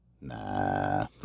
nah